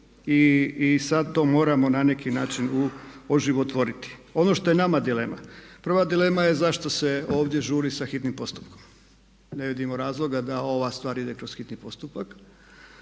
I sada to moramo na neki način oživotvoriti. Ono što je nama dilema, prva dilema zašto se ovdje žuri sa hitnim postupkom, ne vidimo razloga da ova stvar ide kroz hitni postupak.